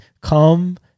come